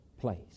place